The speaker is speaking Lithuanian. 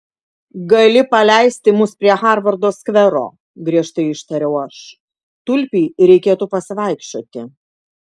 gali paleisti mus prie harvardo skvero griežtai ištariau aš tulpei reikėtų pasivaikščioti